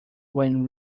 when